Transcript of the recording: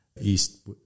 East